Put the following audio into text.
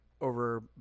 over